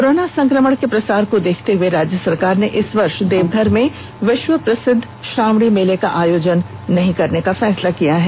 corona संक्रमण के प्रसार को देखते हुए राज्य सरकार ने इस वर्ष देवघर में विष्व प्रसिद्ध श्रावणी मेले का आयोजन नहीं करने का फैसला किया है